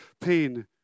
pain